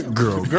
girl